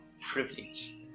privilege